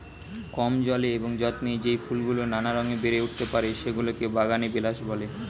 কম জলে এবং যত্নে যেই ফুলগুলো নানা রঙে বেড়ে উঠতে পারে, সেগুলোকে বাগানবিলাস বলে